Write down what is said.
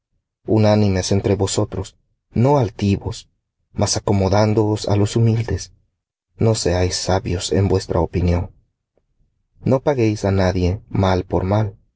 unánimes entre vosotros no altivos mas acomodándoos á los humildes no seáis sabios en vuestra opinión no paguéis á nadie mal por mal